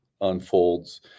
unfolds